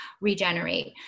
regenerate